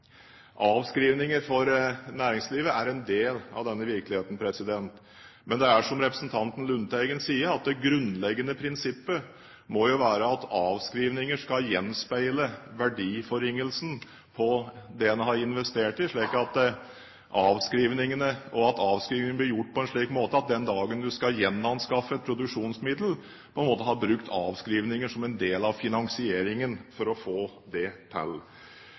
Avskrivninger for næringslivet er en del av denne virkeligheten, men det grunnleggende prinsippet må jo være, som representanten Lundteigen sier, at avskrivninger skal gjenspeile verdiforringelsen på det en har investert i, og at avskrivningene blir gjort på en slik måte at du den dagen du skal gjenanskaffe et produksjonsmiddel, har brukt avskrivninger som en del av finansieringen for å få det til.